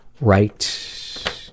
right